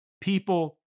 people